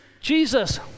Jesus